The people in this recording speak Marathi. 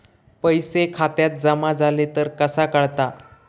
पैसे खात्यात जमा झाले तर कसा कळता?